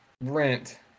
rent